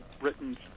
written